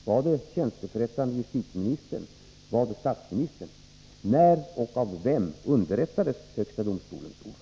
Var det tjänsteförrättande justitieministern eller var det statsministern som underrättade honom?